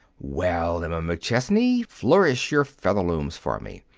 well, emma mcchesney, flourish your featherlooms for me.